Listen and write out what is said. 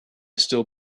still